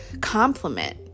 compliment